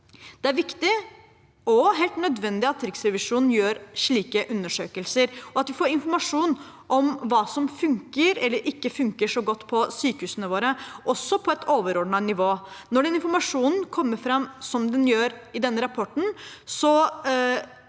Det er viktig og helt nødvendig at Riksrevisjonen gjør slike undersøkelser, og at vi får informasjon om hva som funker eller ikke funker så godt på sykehusene våre, også på et overordnet nivå. Når den informasjonen kommer fram som den gjør i denne rapporten,